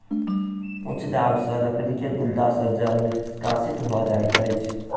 उच्च दाब सॅ लकड़ी के गुद्दा सॅ जल निष्कासित भ जाइत अछि